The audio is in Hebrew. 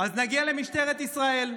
אז נגיע למשטרת ישראל,